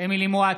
אמילי חיה מואטי,